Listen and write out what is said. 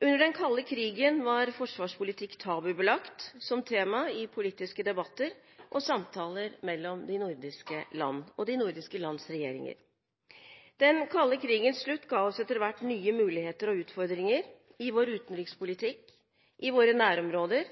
Under den kalde krigen var forsvarspolitikk tabubelagt som tema i politiske debatter og samtaler mellom de nordiske land og de nordiske lands regjeringer. Den kalde krigens slutt ga oss etter hvert nye muligheter og utfordringer i vår utenrikspolitikk, i våre nærområder